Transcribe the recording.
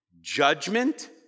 Judgment